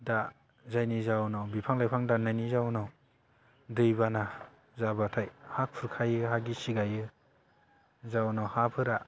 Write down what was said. दा जायनि जाउनाव बिफां लाइफां दाननायनि जाउनाव दैबाना जाबाथाय हा खुरखायो हा गिसिखायो जाउनाव हाफोरा